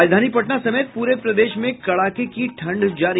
राजधानी पटना समेत पूरे प्रदेश में कड़ाके की ठंड जारी